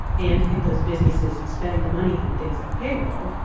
and if those businesses spend the money on things like payroll,